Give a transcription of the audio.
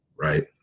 right